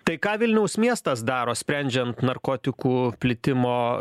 tai ką vilniaus miestas daro sprendžiant narkotikų plitimo